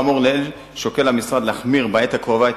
לנוכח האמור לעיל שוקל המשרד להחמיר בעת הקרובה את